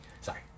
Sorry